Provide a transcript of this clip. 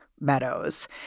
Meadows